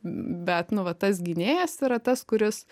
bet nu va tas gynėjas yra tas kuris